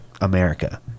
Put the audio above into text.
America